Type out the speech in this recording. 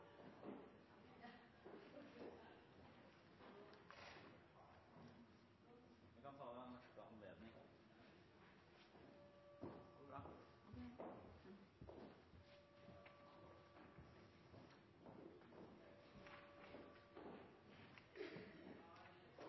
vi kan gjøre for